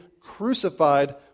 crucified